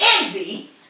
envy